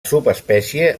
subespècie